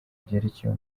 byerekeye